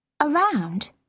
Around